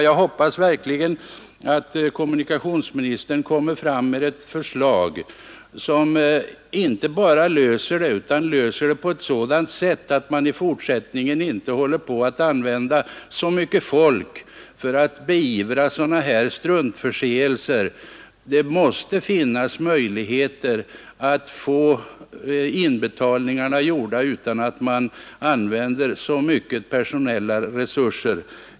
Jag hoppas verkligen att kommunikationsministern lägger fram ett förslag, som inte bara löser problemet utan löser det på ett sådant sätt att man i fortsättningen inte behöver använda så mycket folk för att beivra sådana här struntförseelser. Det måste finnas möjligheter att få inbetalningarna gjorda utan att man använder så omfattande personella resurser.